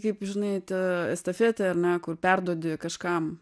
kaip žinai ta estafetė ar ne kur perduodi kažkam